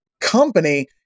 company